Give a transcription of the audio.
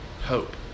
hope